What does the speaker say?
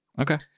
okay